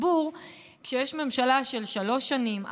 כשיש ממשלה של שלוש שנים,